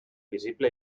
visible